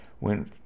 Went